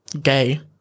gay-